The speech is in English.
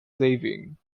saving